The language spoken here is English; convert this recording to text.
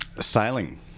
Sailing